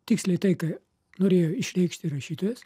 tiksliai tai ką norėjo išreikšti rašytojas